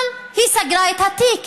אבל היא סגרה את התיק,